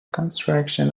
construction